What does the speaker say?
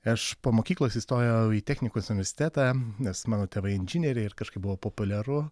aš po mokyklos įstojau į technikos universitetą nes mano tėvai inžinieriai ir kažkaip buvo populiaru